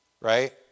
right